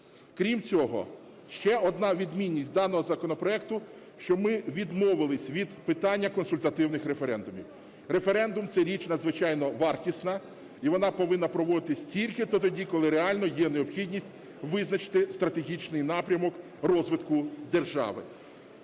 Крім цього, ще одна відмінність даного законопроекту, що ми відмовилися від питання консультативних референдумів. Референдум – це річ надзвичайно вартісна, і вона повинна проводитися тільки тоді, коли реально є необхідність визначити стратегічний напрямок розвитку держави.